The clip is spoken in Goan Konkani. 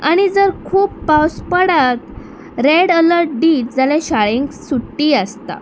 आनी जर खूब पावस पडात रेड अलर्ट दीत जाल्यार शाळेंक सुटी आसता